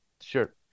sure